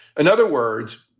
and other words,